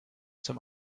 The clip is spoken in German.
zum